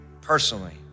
personally